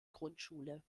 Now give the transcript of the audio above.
grundschule